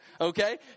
okay